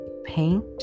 paint